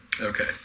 Okay